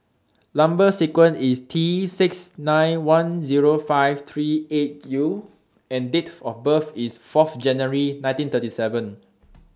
Number sequence IS Tsixty nine lakh ten thousand five hundred and thirty eight U and Date of birth IS four January one thousand nine hundred and thirty seven